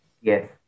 Yes